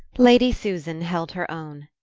lady susan held her own.